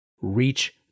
reach